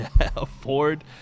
afford